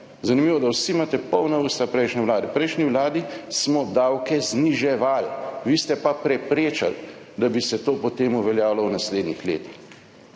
Zanimivo, da vsi imate polna usta prejšnje Vlade. V prejšnji vladi smo davke zniževali. Vi ste pa preprečili, da bi se to potem uveljavilo v naslednjih letih,